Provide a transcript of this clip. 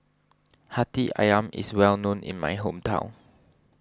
Hati Ayam is well known in my hometown